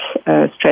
stress